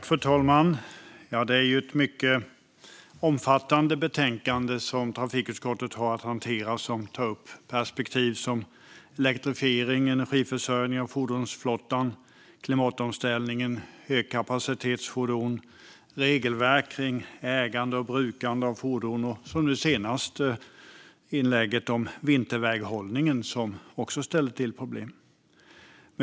Fru talman! Det är ett mycket omfattande betänkande som trafikutskottet har att hantera. Det tar upp perspektiv på elektrifiering och energiförsörjning av fordonsflottan, klimatomställning, högkapacitetsfordon, regelverk för ägande och brukande av fordon och vinterväghållning.